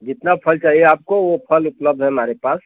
जितना फल चाहिये आपको वो फल उपलब्ध है हमारे पास